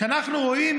כשאנחנו רואים